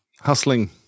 Hustling